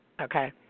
okay